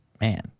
man